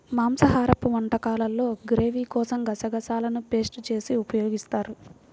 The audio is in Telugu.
మాంసాహరపు వంటకాల్లో గ్రేవీ కోసం గసగసాలను పేస్ట్ చేసి ఉపయోగిస్తారు